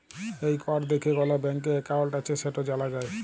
এই কড দ্যাইখে কল ব্যাংকে একাউল্ট আছে সেট জালা যায়